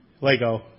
Lego